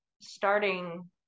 starting